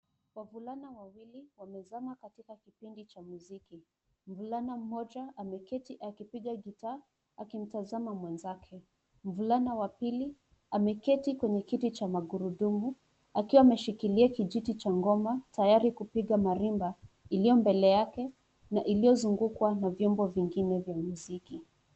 Wavulana wawili wamezama katika kipindi cha muziki. Mvulana mmoja ameketi akipiga gitaa akimtazama mwenzake. Mvulana wa pili ameketi kwenye kiti cha magurudumu akiwa ameshikili kijiti cha ngoma tayari kupiga marimba iliyo mbele yake na iliyo zungukwa na vyombo vingine vya muziki.